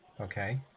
Okay